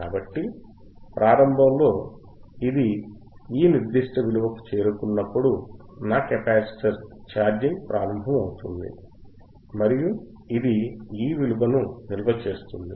కాబట్టి ప్రారంభంలో ఇది ఈ నిర్దిష్ట విలువకు చేరుకున్నప్పుడు నా కెపాసిటర్ ఛార్జింగ్ ప్రారంభమవుతుంది మరియు ఇది ఈ విలువను నిల్వ చేస్తుంది